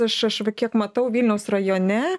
aš aš va kiek matau vilniaus rajone